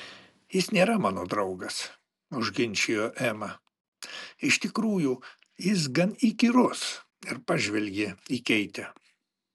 jis nėra mano draugas užginčijo ema iš tikrųjų jis gan įkyrus ir pažvelgė į keitę